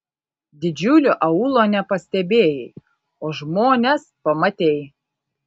didžiulio aūlo nepastebėjai o žmones pamatei